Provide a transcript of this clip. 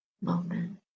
moment